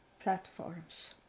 platforms